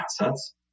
assets